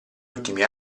ultimi